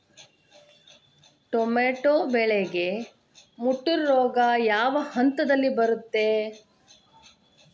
Tomato ಬೆಳೆಗೆ ಮುಟೂರು ರೋಗ ಯಾವ ಹಂತದಲ್ಲಿ ಬರುತ್ತೆ?